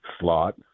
slot